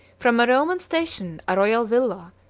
from a roman station, a royal villa,